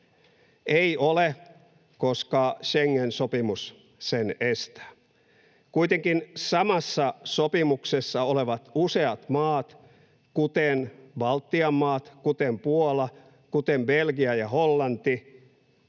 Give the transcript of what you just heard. ei ole, koska Schengen-sopimus sen estää. Kuitenkin samassa sopimuksessa olevat useat maat, kuten Baltian maat, kuten Puola, kuten Belgia ja Hollanti,